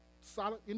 solid